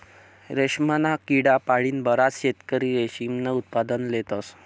रेशमना किडा पाळीन बराच शेतकरी रेशीमनं उत्पादन लेतस